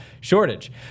shortage